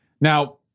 Now